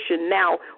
now